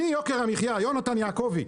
אני יוקר המחייה, יונתן יעקובי,